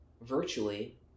virtually